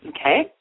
okay